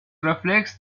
reflects